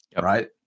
right